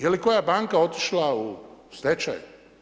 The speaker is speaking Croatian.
Je li koja banka otišla u stečaj?